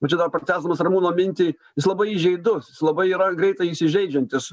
va čia dar pratęsdamas ramūno mintį jis labai įžeidus jis labai yra greitai įsižeidžiantis